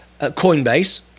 Coinbase